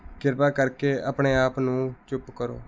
ਕਿਰਪਾ ਕਰਕੇ ਆਪਣੇ ਆਪ ਨੂੰ ਚੁੱਪ ਕਰੋ